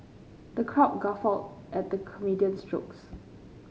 the crowd guffawed at the comedian's jokes